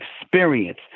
experience